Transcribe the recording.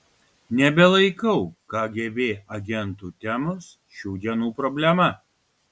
nebelaikau kgb agentų temos šių dienų problema